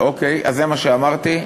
בסדר, זה מה שאמרתי.